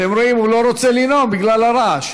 אתם רואים, הוא לא רוצה לנאום בגלל הרעש.